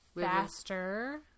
faster